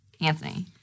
Anthony